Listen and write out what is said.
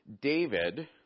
David